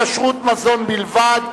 כשרות מזון בלבד),